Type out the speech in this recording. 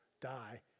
die